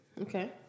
Okay